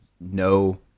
no